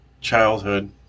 childhood